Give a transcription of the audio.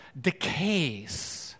decays